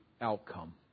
outcome